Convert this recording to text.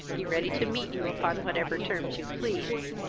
be ready to meet you upon whatever terms you please.